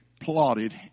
plotted